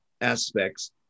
aspects